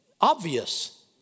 obvious